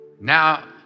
now